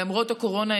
למרות הקורונה,